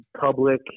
public